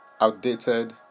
outdated